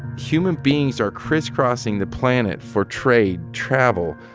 human beings are crisscrossing the planet for trade, travel,